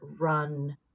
run